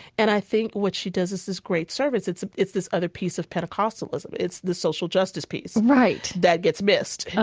and i think what she does is this great service. it's it's this other piece of pentecostalism. it's the social justice piece, right, that gets missed, you know?